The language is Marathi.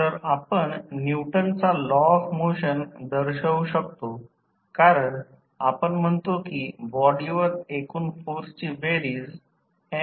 तर आपण न्यूटनचा लॉ ऑफ मोशन दर्शवु शकतो कारण आपण म्हणतो की बॉडीवर एकूण फोर्सची बेरीज m